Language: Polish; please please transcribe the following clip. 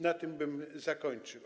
Na tym bym zakończył.